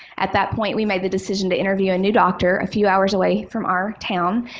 at that point, we made the decision to interview a new doctor a few hours away from our town.